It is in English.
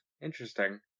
Interesting